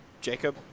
Jacob